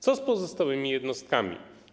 Co z pozostałymi jednostkami?